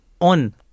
on